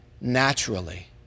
naturally